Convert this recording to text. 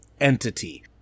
entity